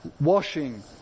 washing